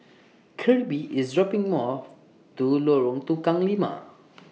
Kirby IS dropping More to Lorong Tukang Lima